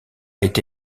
été